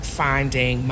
finding